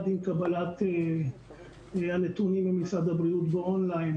עם קבלת הנתונים ממשרד הבריאות באון-ליין